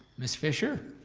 ms. fischer.